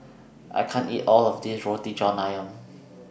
I can't eat All of This Roti John Ayam